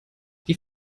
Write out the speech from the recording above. die